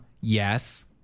Yes